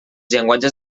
llenguatges